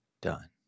done